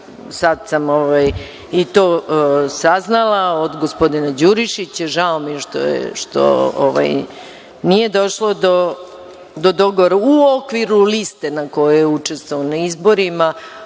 sad sam i to saznala od gospodina Đurišića, žao mi je što nije došlo do dogovora, u okviru liste na kojoj je učestvovao na izborima,